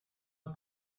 het